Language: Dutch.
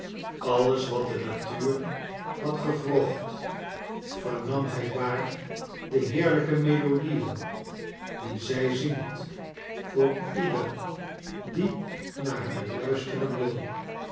alles wat de natuur had gewrocht vernam hij daar de heerlijke melodieen die zij zingt voor ieder die naar haar luisteren wil